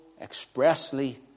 expressly